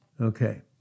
Okay